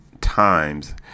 times